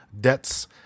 debts